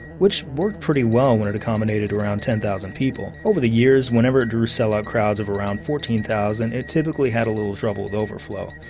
which worked pretty well when it accommodated around ten thousand people. over the years, whenever it drew sellout crowds of around fourteen thousand, it typically had a little trouble with overflow.